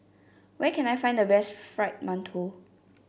where can I find the best Fried Mantou